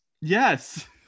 Yes